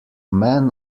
men